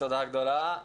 תודה גדולה.